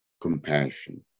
Compassion